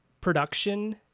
production